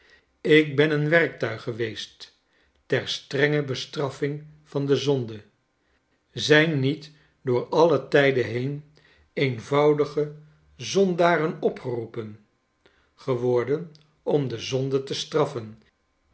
ik ben een werktuig geweest ter strenge bestraffing van de zonde zijn niet door alle tijden heen eenvoudige zondaren geroepen geworden om de zonde te straffen